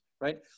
right